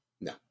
No